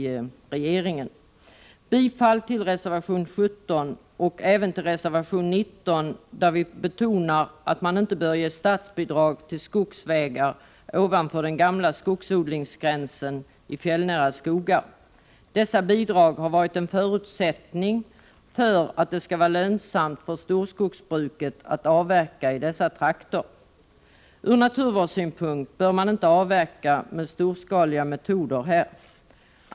Jag yrkar bifall till reservation 17 och även till reservation 19, där vi betonar att man inte bör ge statsbidrag till skogsvägar ovanpå den gamla skogsodlingsgränsen i fjällnära skogar. Dessa bidrag har varit en förutsättning för att det skall vara lönsamt för storskogsbruket att avverka i dessa trakter. Ur naturvårdssynpunkt bör man inte avverka med storskaliga metoder här.